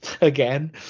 again